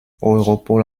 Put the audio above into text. europol